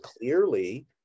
clearly